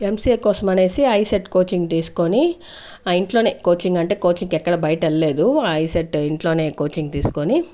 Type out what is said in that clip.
MCA కోసం అనేసి ICET coaching తీసుకొని ఆ ఇంట్లోనే కోచింగ్ అంటే కోచింగ్ ఎక్కడ బయటేళ్ళలేదు ఐసెట్ ఇంట్లోనే కోచింగ్ తీసుకొని